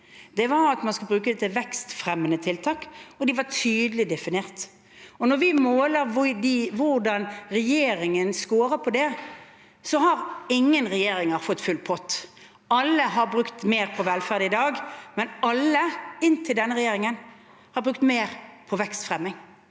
Det var at man skulle bruke dem til vekstfremmende tiltak, og de var tydelig definert. Når vi måler hvordan regjeringen skårer på det, har ingen regjeringer fått full pott. Alle har brukt mer på velferd i dag, men alle, inntil denne regjeringen, har brukt mer på vekstfremming,